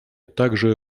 также